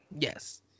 Yes